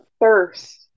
thirst